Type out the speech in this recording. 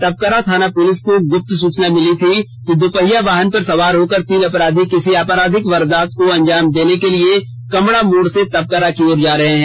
तपकरा थाना पुलिस को गुप्त सूचना मिली थी कि दोपहिया वाहन पर सवार होकर तीन अपराधी किसी अपराधिक ्रिक को अंजाम देने के लिए कमड़ा मोड़ से तपकरा की ओर जा रहे हैं